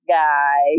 guy